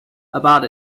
about